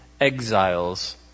exiles